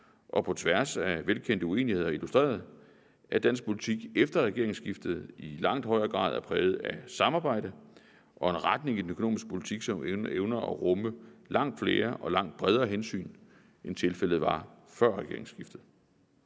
og på tværs af velkendte uenigheder har illustreret, at dansk politik efter regeringsskiftet i langt højere grad er præget af samarbejde og en retning i den økonomiske politik, som evner at rumme langt flere og langt bredere hensyn, end hensynet var før regeringsskiftet.